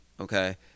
okay